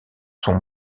son